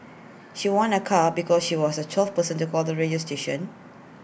she won A car because she was the twelfth person to call the radio station